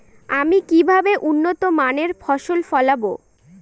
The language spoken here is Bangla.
আমি কিভাবে উন্নত মানের ফসল ফলাবো?